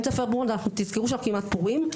תזכרו שזה כמעט פורים.